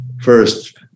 first